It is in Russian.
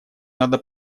надо